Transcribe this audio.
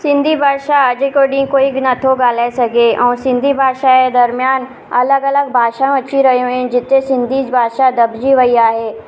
सिंधी भाषा अॼ को ॾींहुं कोई बि नथो ॻाल्हाए सघे ऐं सिंधी भाषा जे दरमियान अलॻि अलॻि भाषाऊं अची रयूं आहिनि जिते सिंधी भाषा दॿिजी वई आहे